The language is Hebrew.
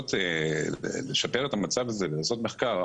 לנסות לשפר את המצב הזה ולעשות מחקר,